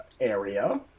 area